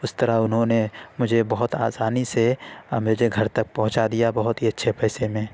اس طرح انہوں نے مجھے بہت آسانی سے مجھے گھر تک پہنچا دیا بہت ہی اچھے پیسے میں